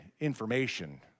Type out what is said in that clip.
information